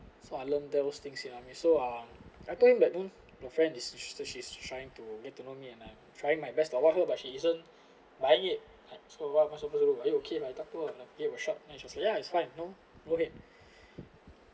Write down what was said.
so I learnt those things in army so ah I told him that you know your friend is interested she's trying to get to know me and I'm trying my best lah to avoid her her but she isn't buying it so what am I supposed to do are you okay if I talk to her give it a shot and he said sure it's fine go ahead